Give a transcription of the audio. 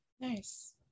Nice